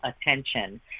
attention